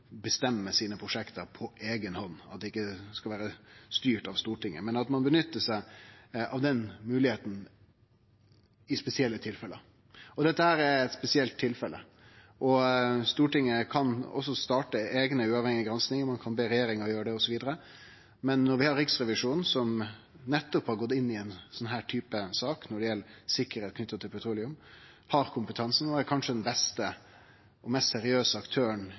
bestemme prosjekta sine på eiga hand. Dei skal ikkje vere styrte av Stortinget – men ein kan nytte den moglegheita i spesielle tilfelle. Dette er eit spesielt tilfelle. Stortinget kan også starte eigne, uavhengige granskingar, ein kan be regjeringa gjere det, osv. Men når Riksrevisjonen – som nettopp har gått inn i ein slik type sak når det gjeld sikkerheit knytt til petroleum, som har kompetansen, og som kanskje er den beste og mest seriøse aktøren